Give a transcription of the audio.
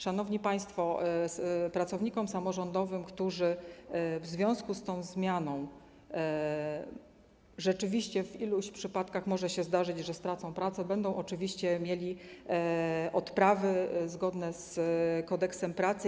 Szanowni państwo, pracownicy samorządowi, którzy w związku z tą zmianą rzeczywiście w iluś przypadkach może się zdarzyć, że stracą pracę, będą oczywiście mieli odprawy zgodne z Kodeksem pracy.